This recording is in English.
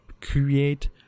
create